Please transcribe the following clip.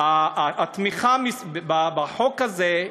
התמיכה בחוק הזה,